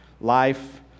life